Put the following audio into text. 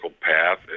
path